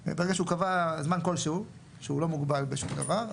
וברגע שהוא קבע זמן כל שהוא שלא מוגבל בשום דבר,